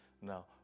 Now